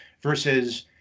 versus